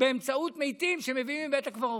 באמצעות מתים שמביאים מבית הקברות.